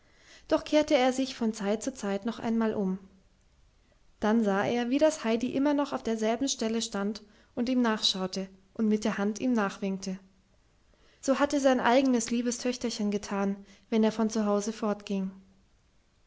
doch kehrte er sich von zeit zu zeit noch einmal um dann sah er wie das heidi immer noch auf derselben stelle stand und ihm nachschaute und mit der hand ihm nachwinkte so hatte sein eigenes liebes töchterchen getan wenn er von hause fortging